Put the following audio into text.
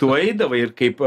tu eidavai ir kaip